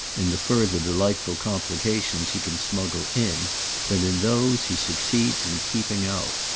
in the further delightful complications he can smuggle in than in those he succeeds in keeping out.